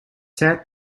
said